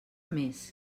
més